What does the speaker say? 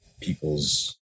people's